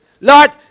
Lord